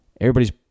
Everybody's